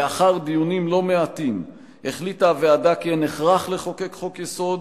לאחר דיונים לא מעטים החליטה הוועדה כי אין הכרח לחוקק חוק-יסוד